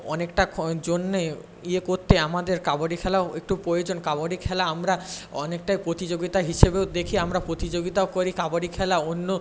অনেকটা ক্ষণ জন্য ইয়ে করতে আমাদের কাবাডি খেলাও একটু প্রয়োজন কাবাডি খেলা আমরা অনেকটাই প্রতিযোগিতা হিসেবেও দেখি আমরা প্রতিযোগিতাও করি কাবাডি খেলাও অন্য